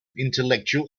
intellectual